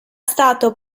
stato